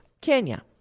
Kenya